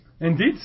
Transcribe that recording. Indeed